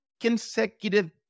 consecutive